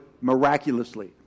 miraculously